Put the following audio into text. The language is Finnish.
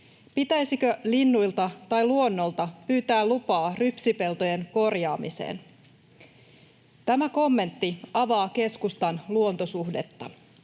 pitäisikö linnuilta tai luonnolta pyytää lupaa rypsipeltojen korjaamiseen. Tämä kommentti avaa keskustan luontosuhdetta.